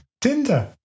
Tinder